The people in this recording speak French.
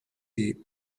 est